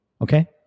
Okay